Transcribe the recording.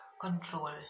control